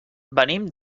venim